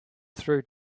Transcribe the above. through